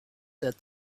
that